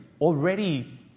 already